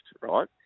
right